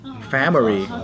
Family